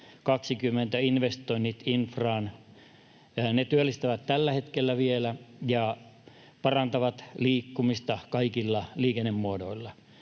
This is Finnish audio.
2020 investoinnit infraan työllistävät vielä tällä hetkellä ja parantavat liikkumista kaikilla liikennemuodoilla.